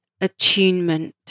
attunement